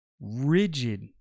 rigid